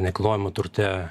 nekilnojamam turte